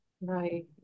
Right